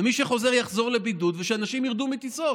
ומי שחוזר יחזור לבידוד ושאנשים ירדו מטיסות.